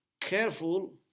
careful